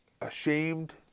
ashamed